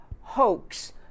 hoax